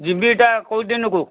ଯିବିଟା କେଉଁ ଦିନକୁ